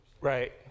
Right